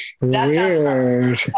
Weird